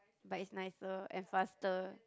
but it's nicer and faster